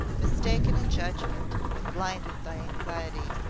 mistaken in judgment blinded by anxiety.